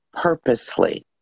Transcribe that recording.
purposely